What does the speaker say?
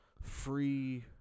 free